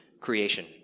Creation